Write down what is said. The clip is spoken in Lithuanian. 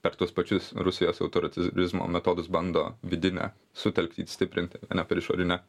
per tuos pačius rusijos autoritarizmo metodus bando vidinę sutelktį stiprinti o ne per išorinę